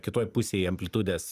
kitoj pusėj amplitudės